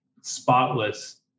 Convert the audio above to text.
spotless